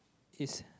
he's